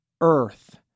earth